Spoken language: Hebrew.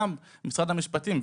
גם משרד המשפטים,